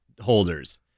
holders